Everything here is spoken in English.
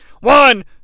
One